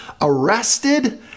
arrested